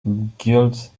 guilds